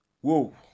Whoa